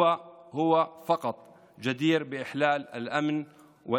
היא ורק היא יכולה להביא שלום לכל האנשים.